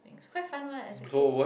quite fun what as a kid